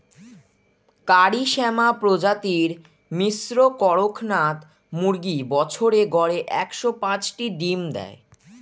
কারি শ্যামা প্রজাতির মিশ্র কড়কনাথ মুরগী বছরে গড়ে একশ পাঁচটি ডিম দেয়